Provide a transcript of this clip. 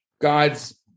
God's